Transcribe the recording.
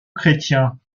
chrétien